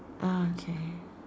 uh okay